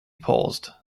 paused